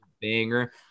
Banger